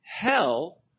hell